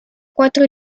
quattro